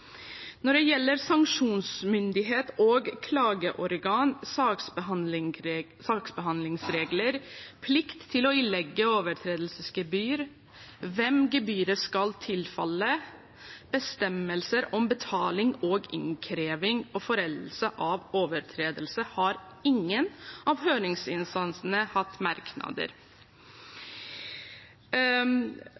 Når det gjelder sanksjonsmyndighet og klageorgan, saksbehandlingsregler, plikt til å ilegge overtredelsesgebyr, hvem gebyret skal tilfalle, bestemmelser om betaling og innkreving og foreldelse av overtredelse, har ingen av høringsinstansene hatt merknader.